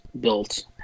built